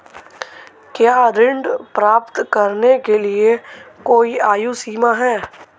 क्या ऋण प्राप्त करने के लिए कोई आयु सीमा है?